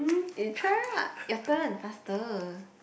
you try lah your turn faster